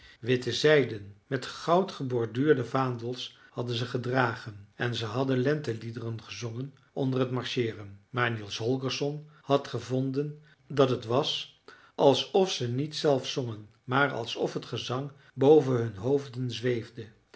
witte zijden met goud geborduurde vaandels hadden ze gedragen en ze hadden lenteliederen gezongen onder het marcheeren maar niels holgersson had gevonden dat het was alsof ze niet zelf zongen maar alsof het gezang boven hun hoofden zweefde